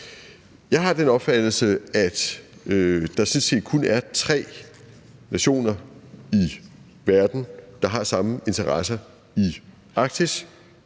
Jeg har den opfattelse, at der sådan set kun er tre nationer i verden, der har samme interesser i Arktis,